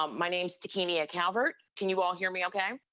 um my name's takinia calvert. can you all hear me okay?